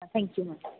thank you madam